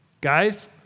Guys